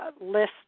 list